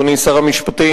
אדוני שר המשפטים,